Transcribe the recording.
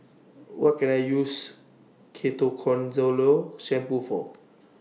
What Can I use Ketoconazole Shampoo For